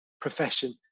profession